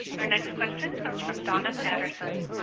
our next question comes from donna patterson